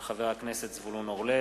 מאת חבר הכנסת זבולון אורלב,